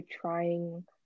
trying